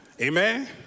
Amen